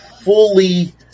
fully